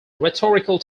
rhetorical